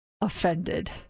offended